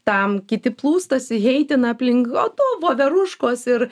tam kiti plūstasi heitina aplink o tu voverūškos ir